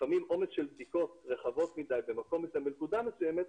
לפעמים עומס של בדיקות רחבות מדי בנקודה מסוימת,